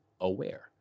aware